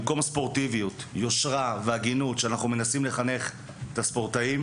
אנחנו מנסים לחנך את הספורטאים